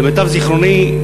למיטב זיכרוני,